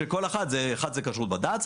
אחת זה כשרות בד"ץ,